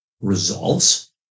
resolves